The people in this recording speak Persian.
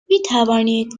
میتوانید